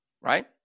Right